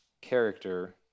character